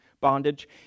bondage